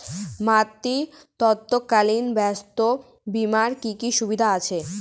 মাতৃত্বকালীন স্বাস্থ্য বীমার কি কি সুবিধে আছে?